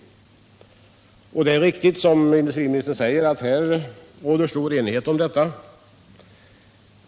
Det är riktigt som industriministern säger att det har rått stor enighet om detta.